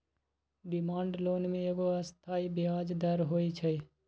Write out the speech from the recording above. demand loan में एगो अस्थाई ब्याज दर होइ छइ